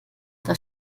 das